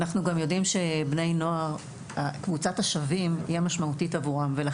אנחנו גם יודעים שקבוצת השווים היא המשמעותית עבור בני נוער.